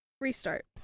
restart